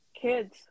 kids